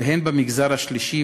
והן במגזר השלישי,